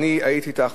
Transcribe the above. אני הייתי אתך,